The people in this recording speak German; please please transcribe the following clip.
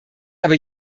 aber